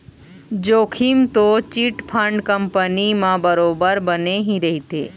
जोखिम तो chit fund company मन म बरोबर बने ही रहिथे